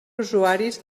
usuaris